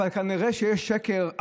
אבל כנראה שכשיש שקר,